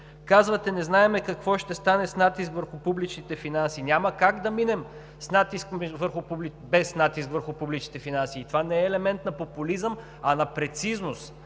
Казвате: не знаем какво ще стане с натиска върху публичните финанси? Няма как да минем без натиск върху публичните финанси и това не е елемент на популизъм, а на прецизност.